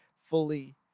fully